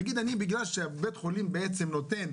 נגיד אני שבגלל שהבית חולים בעצם נותן,